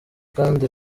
kandi